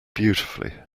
beautifully